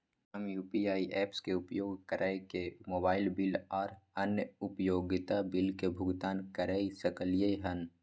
हम UPI apps के उपयोग कैरके मोबाइल बिल आर अन्य उपयोगिता बिल के भुगतान कैर सकलिये हन